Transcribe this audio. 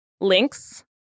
links